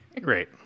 great